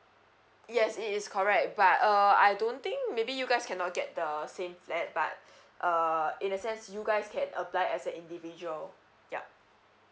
yes it is correct but uh I don't think maybe you guys cannot get the same flat but uh in a sense you guys can apply as a individual yup